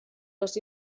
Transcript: les